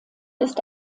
ist